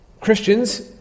Christians